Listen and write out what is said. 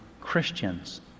Christians